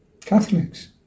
Catholics